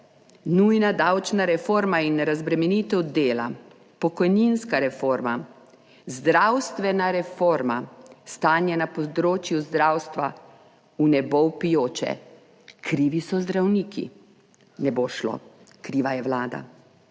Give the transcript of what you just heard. nujna davčna reforma in razbremenitev dela, pokojninska reforma, zdravstvena reforma, stanje na področju zdravstva v nebo vpijoče, krivi so zdravniki. Ne bo šlo, kriva je Vlada.